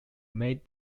made